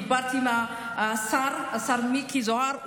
דיברתי עם השר מיקי זוהר,